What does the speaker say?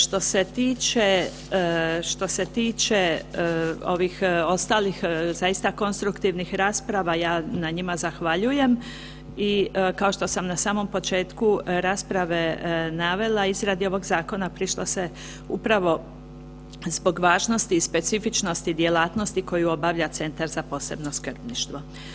Što se tiče, što se tiče ovih ostalih zaista konstruktivnih rasprava, ja na njima zahvaljujem i kao što sam na samom početku rasprave najavila izradi ovog zakona prišlo se zbog važnosti i specifičnosti djelatnosti koju obavlja Centar za posebno skrbništvo.